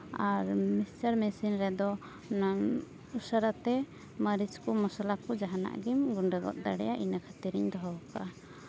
ᱟᱨ mixture machine ᱨᱮᱫᱚ ᱚᱱᱟ ᱩᱥᱟᱹᱨᱟᱛᱮ ᱢᱟᱹᱨᱤᱪ ᱠᱚ ᱢᱚᱥᱞᱟ ᱠᱚ ᱡᱟᱦᱟᱱᱟᱜ ᱜᱮᱢ ᱜᱩᱸᱰᱟᱹ ᱜᱚᱫ ᱫᱟᱲᱮᱭᱟᱜᱼᱟ ᱤᱱᱟᱹ ᱠᱷᱟᱹᱛᱤᱨ ᱤᱧ ᱫᱚᱦᱚ ᱠᱟᱜᱼᱟ